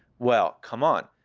well, come on.